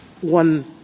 one